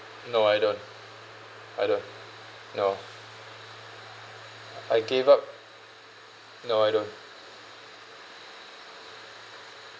no I don't I don't no I gave up no I don't